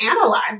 analyze